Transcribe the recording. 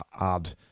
add